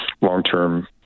long-term